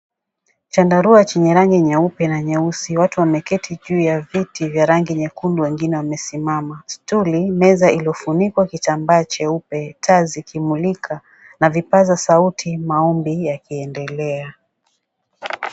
Chandarua chenye rangi nyeupe na nyeusi watu wameketi juu ya viti vya rangi nyekundu wengine wamesimama stuli, meza iliyofunikwa kitambaa cheupe taa zikimulika na vipaza sauti maombi yakiendelea.